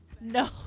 No